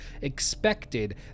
expected